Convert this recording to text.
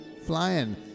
flying